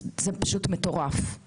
זה פשוט מטורף.